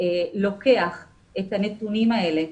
לוקח את הנתונים האלה,